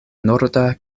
norda